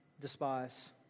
despise